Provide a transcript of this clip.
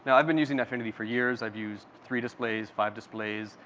i've been using eyefinity for years. i've used three displays, five displays.